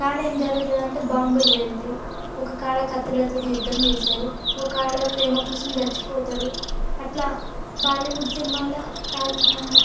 ఒక కాడ ఏమి జరుగుతుంది అంటే బాంబులు పేలుతాయి ఒక కాడ కత్తులతోటి యుద్ధం చేస్తారు ఒక కాడ ప్రేమ కోసం చచ్చిపోతారు అట్లా బాలీవుడ్ సినిమాలో టాలీ ఆ ఆ